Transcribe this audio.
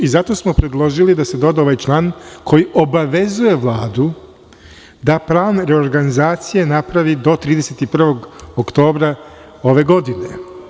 Zato smo predložili da se doda ovaj član koji obavezuje Vladu da prave reorganizacije napravi do 31. oktobra ove godine.